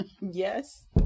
Yes